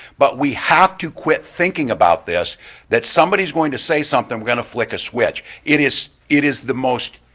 but we have to quit thinking about this that somebody's going to say something, we're going to flick a switch. it is it is the most